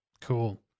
Cool